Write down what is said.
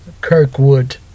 Kirkwood